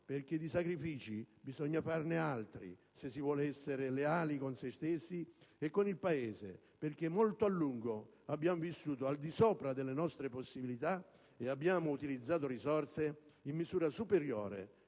perché bisogna farne altri se si vuole essere leali con sé stessi e con il Paese, atteso che molto a lungo abbiamo vissuto al di sopra delle nostre possibilità e abbiamo utilizzato risorse in misura superiore